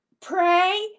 Pray